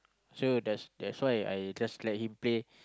so that's that's why I just let him play